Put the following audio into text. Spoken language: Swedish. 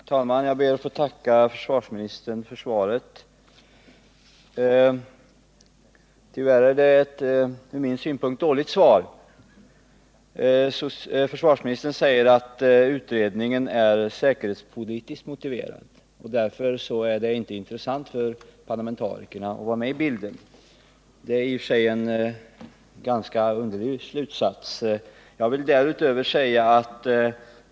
| Herr talman! Jag ber att få tacka försvarsministern för svaret. Tyvärr är det ett från min synpunkt dåligt svar. Försvarsministern säger att utredningen är säkerhetspolitiskt motiverad, och därför är det inte intressant för parlamentarikerna att vara med i bilden. Det är i och för sig en ganska underlig slutsats.